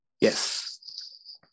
Yes